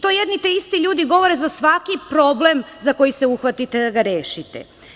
To jedni te isti ljudi govore za svaki problem za koji se uhvatite da ga rešite.